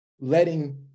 letting